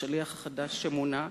השליח החדש שמונה.